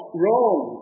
wrong